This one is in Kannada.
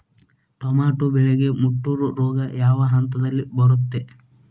ಟೊಮ್ಯಾಟೋ ಬೆಳೆಗೆ ಮುಟೂರು ರೋಗ ಯಾವ ಹಂತದಲ್ಲಿ ಬರುತ್ತೆ?